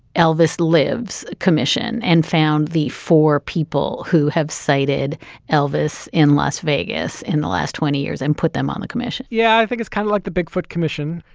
elvis lives commission and found the four people who have cited elvis in las vegas in the last twenty years and put them on a commission yeah, i think it's kind of like the bigfoot commission.